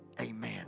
Amen